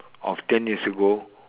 of ten years ago